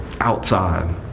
outside